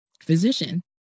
physician